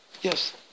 Yes